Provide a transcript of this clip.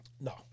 No